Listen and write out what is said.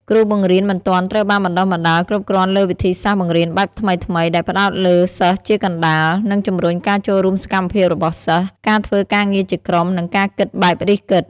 គ្រូបង្រៀនមិនទាន់ត្រូវបានបណ្តុះបណ្តាលគ្រប់គ្រាន់លើវិធីសាស្ត្របង្រៀនបែបថ្មីៗ ដែលផ្តោតលើសិស្សជាកណ្តាល និងជំរុញការចូលរួមសកម្មរបស់សិស្ស ការធ្វើការងារជាក្រុម និងការគិតបែបរិះគិត។